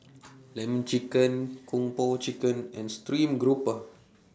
Lemon Chicken Kung Po Chicken and Stream Grouper